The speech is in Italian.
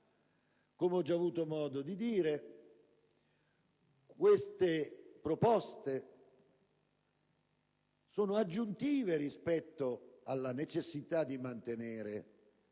come ho già avuto modo di dire, sono aggiuntive rispetto alla necessità di mantenere